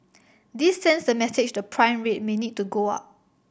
this sends the message the prime rate may need to go up